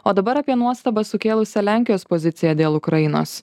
o dabar apie nuostabą sukėlusią lenkijos poziciją dėl ukrainos